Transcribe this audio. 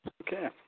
Okay